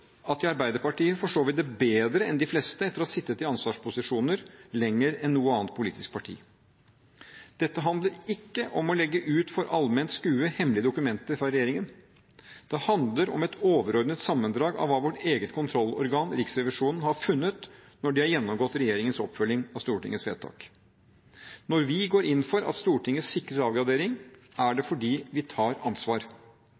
at i Arbeiderpartiet forstår vi det bedre enn de fleste, etter å ha sittet i ansvarsposisjoner lenger enn noe annet politisk parti. Dette handler ikke om å legge ut for allment skue hemmelige dokumenter fra regjeringen. Det handler om et overordnet sammendrag av hva vårt eget kontrollorgan, Riksrevisjonen, har funnet når de har gjennomgått regjeringens oppfølging av Stortingets vedtak. Når vi går inn for at Stortinget sikrer avgradering, er